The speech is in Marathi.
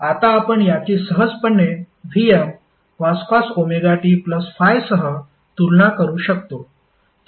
आता आपण याची सहजपणे Vmcos ωt∅ सह तुलना करू शकतो